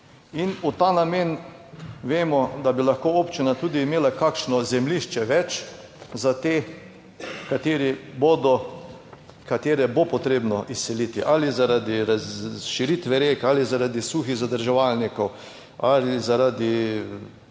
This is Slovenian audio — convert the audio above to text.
In v ta namen vemo, da bi lahko občina tudi imela kakšno zemljišče več za te katere bo potrebno izseliti ali zaradi širitve rek ali zaradi suhih zadrževalnikov ali zaradi